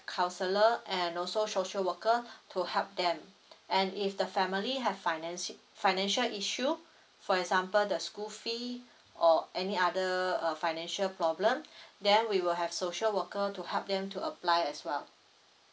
counselor and also social worker to help them and if the family have financially financial issue for example the school fee or any other uh financial problem then we will have social worker to help them to apply as well